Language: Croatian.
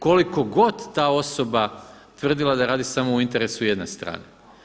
Koliko god ta osoba tvrdila da radi samo u interesu jedne strane.